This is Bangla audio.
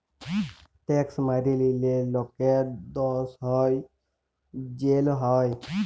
ট্যাক্স ম্যাইরে লিলে লকের দস হ্যয় জ্যাল হ্যয়